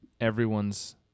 everyone's